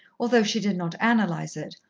although she did not analyse it,